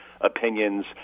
opinions